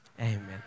Amen